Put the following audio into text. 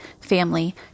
family